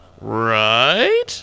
right